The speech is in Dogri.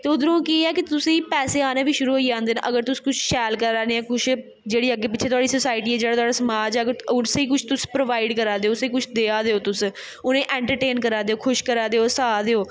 ते उद्धरूं केह् ऐ कि तुसें गी पैसे औने बी शुरू होई जंदे न अगर तुस शैल करा दे कुछ जेह्ड़ी अग्गें पिच्छें तोआढ़ी सोसाइटी ऐ जेह्ड़ा तोआढ़ा समाज ऐ उस्सी कुछ तुस प्रोवाइ ड करा दे ओ उस्सी कुछ देआ दे ओ तुस उ'नेंगी ऐन्टरटेन करा दे ओ खुश करा दे ओ हसाऽ दे ओ